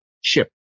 ship